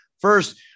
first